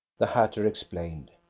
the hatter explained.